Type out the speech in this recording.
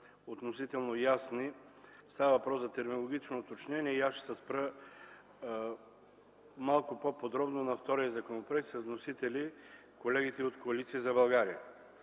относително ясни – става въпрос за технологично уточнение. Аз ще се спра малко по-подробно на втория законопроект – с вносители колегите от Коалиция за България.